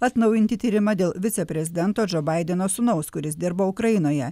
atnaujinti tyrimą dėl viceprezidento džo baideno sūnaus kuris dirbo ukrainoje